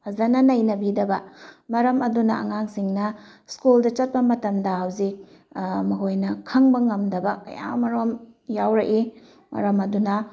ꯐꯖꯅ ꯅꯩꯅꯕꯤꯗꯕ ꯃꯔꯝ ꯑꯗꯨꯅ ꯑꯉꯥꯡꯁꯤꯡꯅ ꯁ꯭ꯀꯨꯜꯗ ꯆꯠꯄ ꯃꯇꯝꯗ ꯍꯧꯖꯤꯛ ꯃꯈꯣꯏꯅ ꯈꯪꯕ ꯉꯝꯗꯕ ꯀꯌꯥꯃꯔꯨꯝ ꯌꯥꯎꯔꯛꯏ ꯃꯔꯝ ꯑꯗꯨꯅ